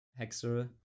Hexer